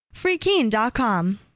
Freekeen.com